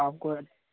आपको